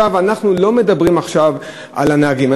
אנחנו לא מדברים עכשיו על הנהגים,